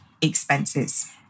expenses